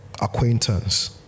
acquaintance